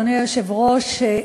אדוני היושב-ראש,